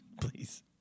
Please